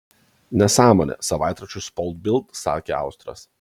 nesąmonė savaitraščiui sport bild sakė austras